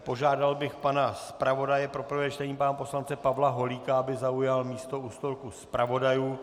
Požádal bych pana zpravodaje pro prvé čtení, pana poslance Pavla Holíka, aby zaujal místo u stolku zpravodajů.